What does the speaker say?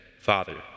Father